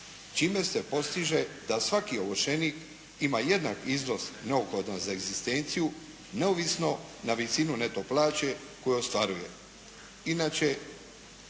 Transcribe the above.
čime se postiže da svaki ovršenik ima jednak iznos neophodan za egzistenciju neovisno na visinu neto plaće koju ostvaruje. Inače